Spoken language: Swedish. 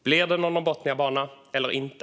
Blir det någon Norrbotniabana eller inte?